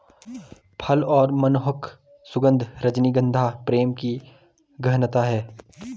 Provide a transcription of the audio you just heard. फल और मनमोहक सुगन्ध, रजनीगंधा प्रेम की गहनता है